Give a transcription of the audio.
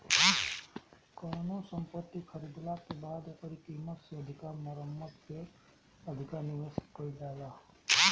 कवनो संपत्ति खरीदाला के बाद ओकरी कीमत से अधिका मरम्मत पअ अधिका निवेश कईल जाला